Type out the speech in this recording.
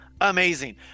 amazing